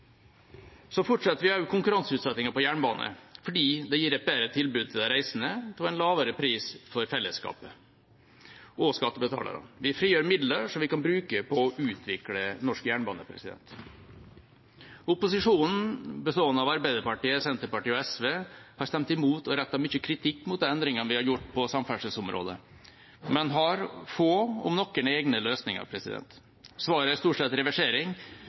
Vi fortsetter også konkurranseutsettingen på jernbanen fordi det gir et bedre tilbud til de reisende til en lavere pris for fellesskapet og skattebetalerne. Vi frigjør midler som vi kan bruke på å utvikle norsk jernbane. Opposisjonen, bestående av Arbeiderpartiet, Senterpartiet, og SV har stemt imot og rettet mye kritikk mot de endringene vi har gjort på samferdselsområdet, men har få, om noen, egne løsninger. Svaret er stort sett reversering,